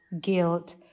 guilt